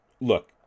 look